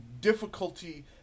difficulty